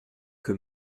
que